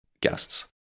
guests